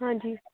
हाँ जी